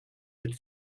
that